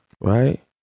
Right